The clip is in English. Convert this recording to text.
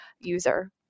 user